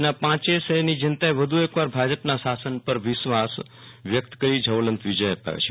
કચ્છના પાંચ શહેરની જનતાએ વધુ એકવાર ભાજપના શાસન પર વિશ્વાસ વ્યક્ત કરી જ્વલંત વિજય અપાવ્યો છે